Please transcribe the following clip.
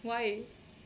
why